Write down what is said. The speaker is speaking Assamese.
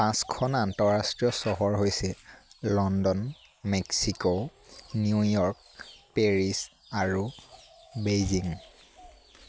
পাঁচখন আন্তৰাষ্ট্ৰীয় চহৰ হৈছে London Mexico New York Paris আৰু বেইজিং